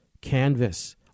canvas